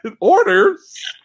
orders